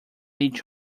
each